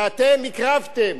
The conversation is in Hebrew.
ואתם הקרבתם